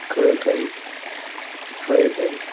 curd rice fried rice